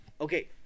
Okay